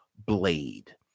Blade